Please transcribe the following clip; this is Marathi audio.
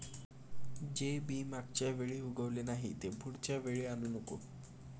जे बी मागच्या वेळी उगवले नाही, ते पुढच्या वेळी आणू नको